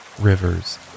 rivers